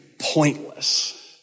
pointless